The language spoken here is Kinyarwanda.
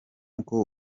uko